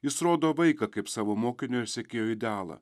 jis rodo vaiką kaip savo mokinio ir sekėjo idealą